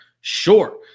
Sure